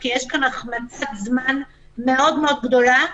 כי יש כאן החמצת זמן מאוד מאוד גדולה.